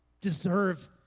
deserve